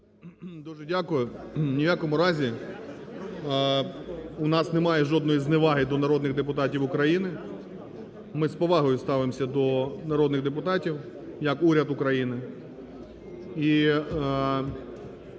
Дуже дякую. Ні в якому разі у нас немає жодної зневаги до народних депутатів України. Ми з повагою ставимося до народних депутатів як уряд України.